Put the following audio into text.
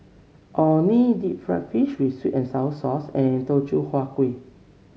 Orh Nee Deep Fried Fish with sweet and sour sauce and Teochew Huat Kueh